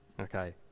okay